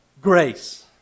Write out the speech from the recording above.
grace